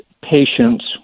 patients